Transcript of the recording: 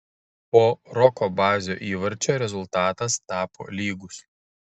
po roko bazio įvarčio rezultatas tapo lygus